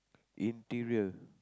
interior